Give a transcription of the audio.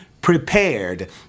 prepared